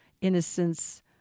innocence